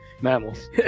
mammals